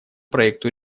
проекту